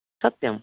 सत्यं